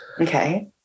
Okay